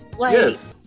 yes